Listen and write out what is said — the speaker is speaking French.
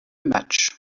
matchs